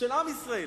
העם בישראל.